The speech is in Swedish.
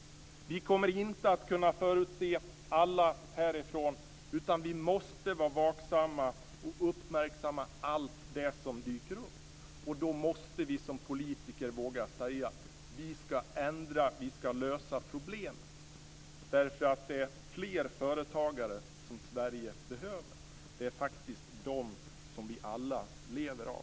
Vi kommer inte att kunna förutse alla problem härifrån, utan vi måste vara vaksamma och uppmärksamma allt det som dyker upp. Och då måste vi som politiker våga säga att vi skall ändra och att vi skall lösa problem. Det är nämligen fler företagare som Sverige behöver. Det är faktiskt dem som vi alla lever av.